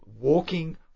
walking